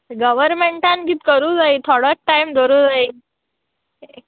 गवरमेंटान किद करूं जाय थोडोत टायम दवरूं जाय